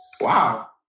Wow